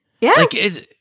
Yes